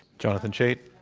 jonathan chait?